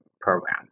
program